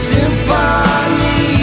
Symphony